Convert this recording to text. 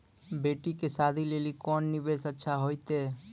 बेटी के शादी लेली कोंन निवेश अच्छा होइतै?